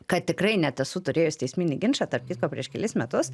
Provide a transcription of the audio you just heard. kad tikrai net esu turėjus teisminį ginčą tarp kitko prieš kelis metus